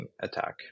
attack